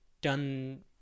done